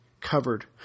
covered